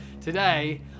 today